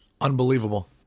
Unbelievable